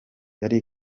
yari